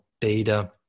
data